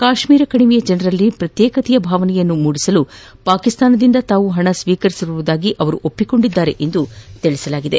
ಕಾಶ್ಮೀರ ಕಣಿವೆಯ ಜನರಲ್ಲಿ ಪ್ರತ್ಯೇಕತೆಯ ಭಾವನೆಯನ್ನು ಮೂಡಿಸಲು ಪಾಕಿಸ್ತಾನದಿಂದ ತಾವು ಹಣ ಸ್ವೀಕರಿಸಿರುವುದಾಗಿ ಅವರು ತಪ್ಪೊಪ್ಪಿಕೊಂಡಿದ್ದಾರೆ ಎಂದು ಹೇಳಿಕೆಯಲ್ಲಿ ತಿಳಿಸಿದೆ